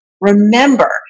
remember